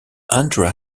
andhra